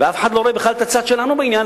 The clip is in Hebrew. ואף אחד לא רואה בכלל את הצד שלנו בעניין,